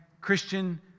Christian